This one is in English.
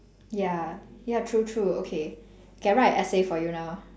ya ya true true okay okay I write a essay for you now